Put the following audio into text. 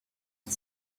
qui